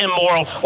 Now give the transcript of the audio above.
immoral